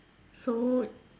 so